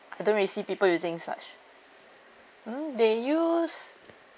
I don't really see people using such hmm they use